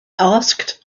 asked